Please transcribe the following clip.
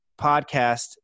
podcast